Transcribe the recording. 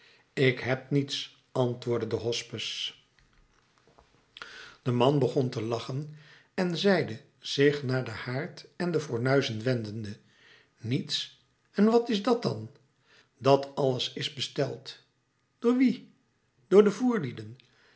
ik heb niets antwoordde de hospes de man begon te lachen en zeide zich naar den haard en de fornuizen wendende niets en wat is dat dan dat alles is besteld door wie door de